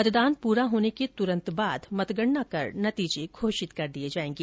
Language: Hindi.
मतदान पूरा होने के तुरंत बाद मतगणना कर नतीजे घोषित कर दिये जायेंगे